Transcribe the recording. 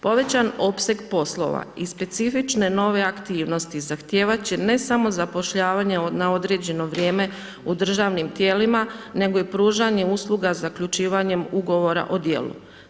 Povećan opseg poslova i specifične nove aktivnosti, zahtijevati će ne samo zapošljavanje na određeno vrijeme u državnim tijelima, nego i pružanjem usluga zaključivanjem ugovora o dijelu.